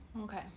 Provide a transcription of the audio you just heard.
okay